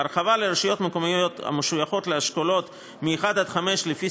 ההרחבה לרשויות מקומיות המשויכות לאשכולות 1 5 לפי